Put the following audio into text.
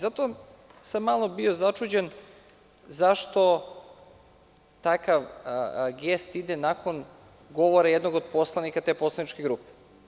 Zato sam bio malo začuđen zašto takav gest ide nakon govora jednog od poslanika te poslaničke grupe.